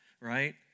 Right